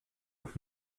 und